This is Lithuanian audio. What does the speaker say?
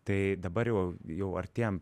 tai dabar jau jau artėjam